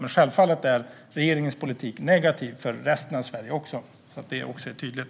Men självfallet är regeringens politik negativ också för resten av Sverige, så att det också är tydligt.